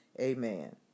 Amen